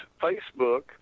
Facebook